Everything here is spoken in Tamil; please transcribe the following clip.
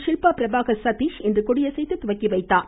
ஷில்பா பிரபாகர் சதீஷ் இன்று கொடியசைத்து துவக்கி வைத்தார்